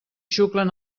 xuclen